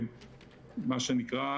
מה שנקרא